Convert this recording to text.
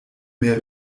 mehr